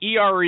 ERE